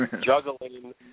juggling